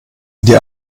die